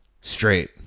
straight